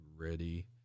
ready